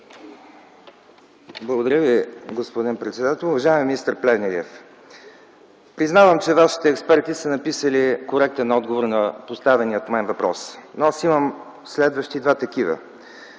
Благодаря Ви, господин председател. Уважаеми министър Плевнелиев! Признавам, че Вашите експерти са написали коректен отговор на поставения от мен въпрос, но аз имам следващи два такива.